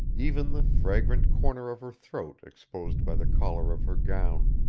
even the fragrant corner of her throat exposed by the collar of her gown.